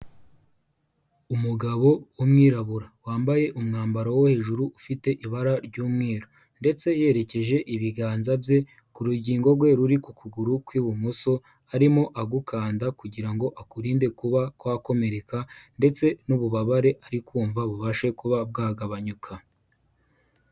Umugabo w'umwirabura wambaye umwambaro wo hejuru ufite ibara ry'umweru ndetse yerekeje ibiganza bye ku rugingo rwe ruri kuguru kw'ibumoso arimo agukanda kugira ngo akurinde kuba kwakomereka ndetse n'ububabare arikomva bubashe kuba bwagabanyuka.